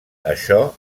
això